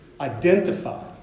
identify